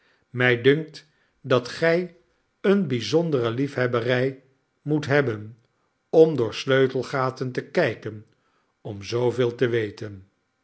mij dunkt dat gij eene bijzondere lief hebberij moet hebben om door sleutelgaten te kijken om zooveelte weten